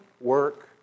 work